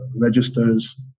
registers